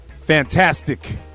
fantastic